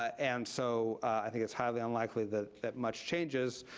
and so, i think it's highly unlikely that that much changes,